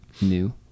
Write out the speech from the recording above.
new